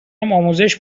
آموزش